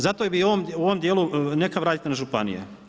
Zato bi u ovom dijelu, neka vrate na županije.